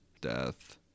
death